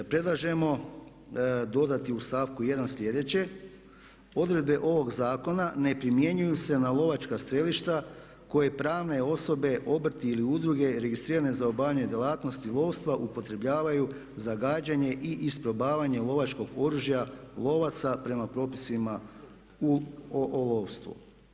Predlažemo dodati u stavku 1. sljedeće: „Odredbe ovog zakona ne primjenjuju se na lovačka strelišta koje pravne osobe, obrti ili udruge registrirane za obavljanje djelatnosti lovstva upotrebljavaju za gađanje i isprobavanje lovačkog oružja lovaca prema propisima u/o lovstvu.